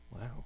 wow